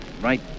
right